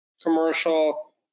commercial